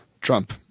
Trump